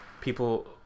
people